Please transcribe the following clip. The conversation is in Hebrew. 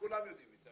וכולם יודעים את זה.